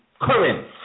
current